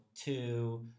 two